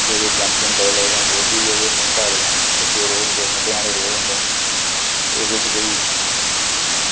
ते एह्दे च अचंभें निं लगदे न रोड़ बी उ'ऐ नेहं होंदे न प्हाड़ें दे कच्चे रोड़ खड्ढें आह्ले रोड़ होंदे ओह्दे च कोई